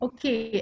Okay